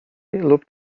lub